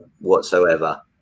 whatsoever